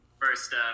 first